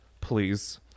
Please